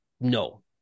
no